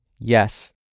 yes